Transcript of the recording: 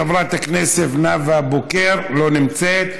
חברת הכנסת נאוה בוקר, לא נמצאת.